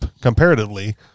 comparatively